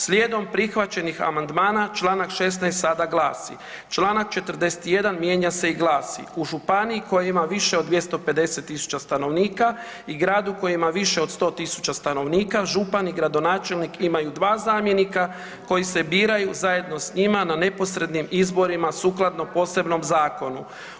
Slijedom prihvaćenih amandmana Članak 16. sada glasi: Članak 41. mijenja se i glasi: U županiji koja ima više od 250.000 stanovnika i gradu koji ima više od 100.000 stanovnika župan i gradonačelnik imaju 2 zamjenika koji se biraju zajedno s njima na neposrednim izborima sukladno posebnom zakonu.